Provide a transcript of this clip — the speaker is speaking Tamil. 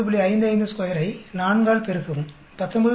552 ஐ 4 ஆல் பெருக்கவும் 19